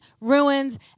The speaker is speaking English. Ruins